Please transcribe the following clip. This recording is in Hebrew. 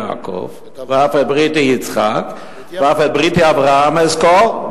יעקב ואת בריתי עם יצחק ואף את בריתי עם אברהם אזכור,